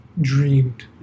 dreamed